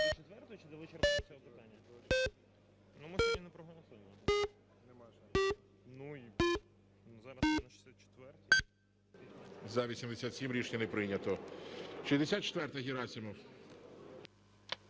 За-87 Рішення не прийнято. 64-а, Герасимов.